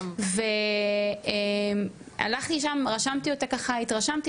ואני הלכתי שם רשמתי אותה ככה התרשמתי,